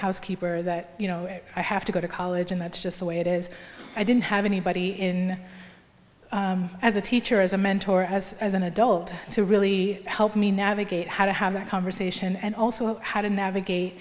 housekeeper that you know i have to go to college and that's just the way it is i didn't have anybody in as a teacher as a mentor as an adult to really help me navigate how to have that conversation and also how to navigate